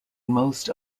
most